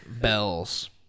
bells